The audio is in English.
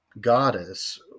goddess